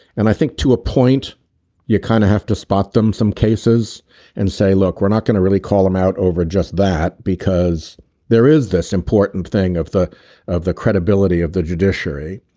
and i think to a point you kind of have to spot them some cases and say look we're not going to really call them out over just that because there is this important thing of the of the credibility of the judiciary.